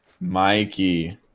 Mikey